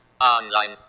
online